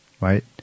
right